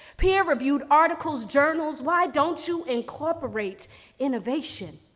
peer reviewed articles, journals, why don't you incorporate innovation?